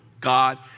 God